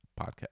podcast